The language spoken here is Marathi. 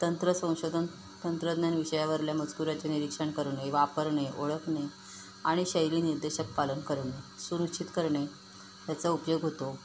तंत्र संशोधन तंत्रज्ञान विषयावरल्या मजकुराचे निरीक्षण करणे वापरणे ओळखणे आणि शैली निर्देशक पालन करून सुरचीत करणे ह्याचा उपयोग होतो